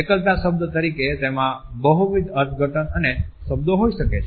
એકલતા શબ્દ તરીકે તેમાં બહુવિધ અર્થઘટન અને શબ્દો હોઈ શકે છે